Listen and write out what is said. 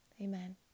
Amen